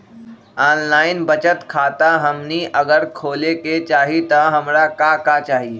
Online बचत खाता हमनी अगर खोले के चाहि त हमरा का का चाहि?